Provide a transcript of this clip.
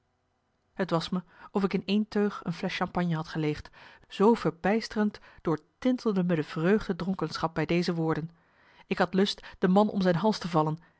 t was me of ik in één teug een flesch champagne had geleegd zoo verbijsterend doortintelde me de vreugde dronkenschap bij deze woorden ik had lust de man om zijn hals te vallen